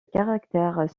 caractères